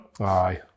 Aye